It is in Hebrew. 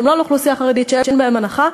שהם לא לאוכלוסייה חרדית ואין בהם הנחה.